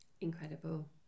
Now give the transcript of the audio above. Incredible